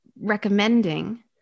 recommending